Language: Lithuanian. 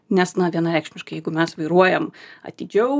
nes na vienareikšmiškai jeigu mes vairuojam atidžiau